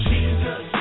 Jesus